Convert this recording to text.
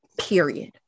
Period